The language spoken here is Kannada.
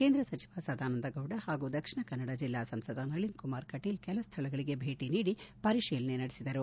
ಕೇಂದ್ರ ಸಚಿವ ಸದಾನಂದಗೌಡ ಹಾಗೂ ದಕ್ಷಿಣ ಕನ್ನಡ ಜಿಲ್ಲಾ ಸಂಸದ ನಳಿನ್ ಕುಮಾರ್ ಕಟೀಲ್ ಕೆಲ ಸ್ವಳಗಳಿಗೆ ಭೇಟ ನೀಡಿ ಪರಿಶೀಲನೆ ನಡೆಸಿದರು